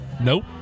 Nope